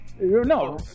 No